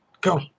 go